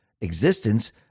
existence